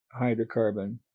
hydrocarbon